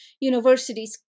universities